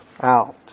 out